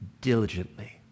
diligently